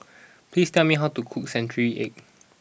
please tell me how to cook Century Egg